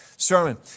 Sermon